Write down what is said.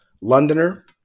Londoner